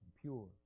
pure